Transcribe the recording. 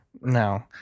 no